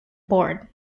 board